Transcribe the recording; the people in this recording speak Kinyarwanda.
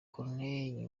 corneille